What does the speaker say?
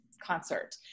concert